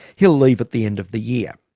he'll leave at the end of the year.